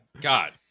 God